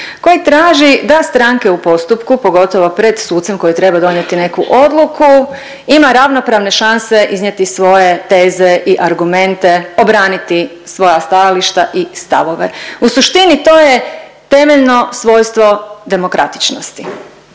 koji traži da stranke u postupku pogotovo pred sucem koji treba donijeti neku odluku ima ravnopravne šanse iznijeti svoje teze i argumente, obraniti svoja stajališta i stavove. U suštini to je temeljno svojstvo demokratičnosti.